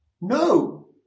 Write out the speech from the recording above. No